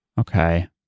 Okay